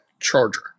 charger